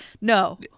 no